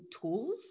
tools